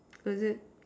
oh is it